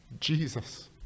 Jesus